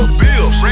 bills